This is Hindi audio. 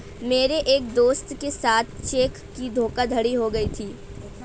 मेरे एक दोस्त के साथ चेक की धोखाधड़ी हो गयी थी